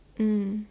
mm